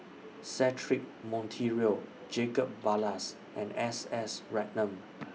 Cedric Monteiro Jacob Ballas and S S Ratnam